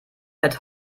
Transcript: fährt